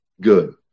good